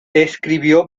escribió